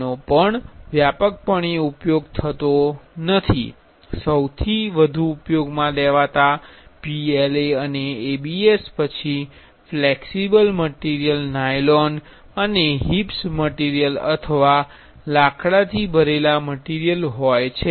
આનો પણ વ્યાપકપણે ઉપયોગ થતો નથી સૌથી વધુ ઉપયોગમાં લેવાતા PLA અને ABS પછી ફ્લેક્સિબલ મટીરિયલ નાયલોન અને HIPS મટીરિયલ અથવા લાકડાથી ભરેલા મટીરિયલ છે